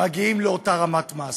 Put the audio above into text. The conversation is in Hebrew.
מגיעים לאותה רמת מס.